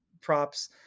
props